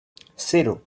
cero